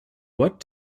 what